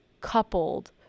coupled